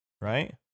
right